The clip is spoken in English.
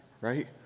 right